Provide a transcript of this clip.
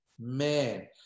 Man